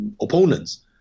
opponents